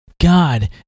God